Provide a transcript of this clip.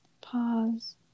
pause